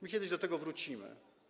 My kiedyś do tego wrócimy.